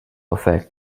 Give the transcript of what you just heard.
affect